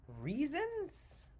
reasons